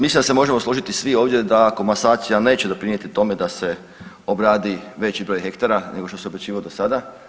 Mislim se možemo složiti svi ovdje da komasacija neće doprinijeti tome da se obradi veći broj hektara nego što se obrađivao do sada.